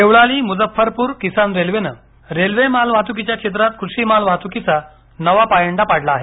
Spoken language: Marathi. देवळाली मुझफ्फरपूर किसान रेल्वेनं रेल्वे माल वाहतुकीच्या क्षेत्रात कृषी माल वाहतुकीचा नवा पायंडा पाडला आहे